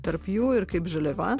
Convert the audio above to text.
tarp jų ir kaip žaliava